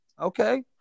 Okay